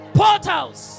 portals